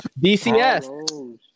dcs